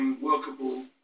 workable